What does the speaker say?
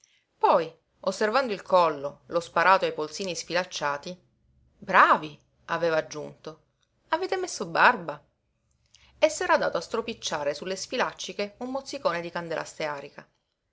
poi osservando il collo lo sparato e i polsini sfilacciati bravi aveva aggiunto avete messo barba e s'era dato a stropicciare sulle sfilàcciche un mozzicone di candela stearica